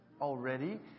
already